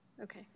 okay